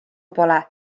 pole